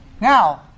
Now